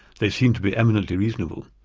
they seem to be eminently reasonable.